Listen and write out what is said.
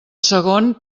segon